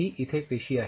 ही इथे पेशी आहे